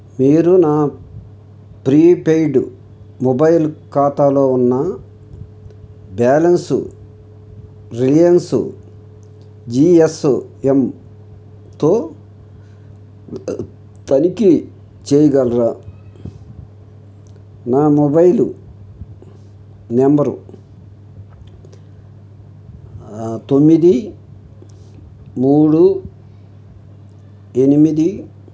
మీరు నా prepaid mobile ఖాతాలో ఉన్న బ్యాలెన్సు రిలయన్సు జీఎస్ఎమ్తో తనిఖీ చెయ్యగలరా నా మొబైలు నెంబరు తొమ్మిది మూడు ఎనిమిది